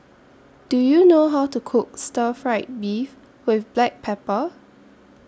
Do YOU know How to Cook Stir Fried Beef with Black Pepper